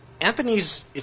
Anthony's